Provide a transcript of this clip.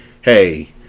hey